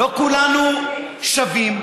תקשיב,